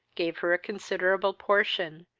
gave her a considerable portion,